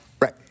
Right